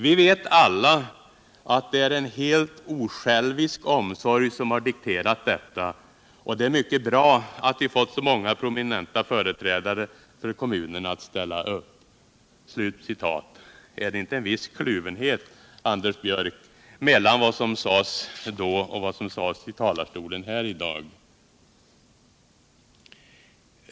Vi vet alla att det är en helt osjälvisk omsorg som har dikterat detta, och det är mycket bra att vi fått så många prominenta företrädare för kommunen att ställa upp.” Är det inte en viss kluvenhet, Anders Björck, mellan vad som sades då och vad som sades här i talarstolen i dag?